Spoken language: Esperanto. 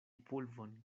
pulvon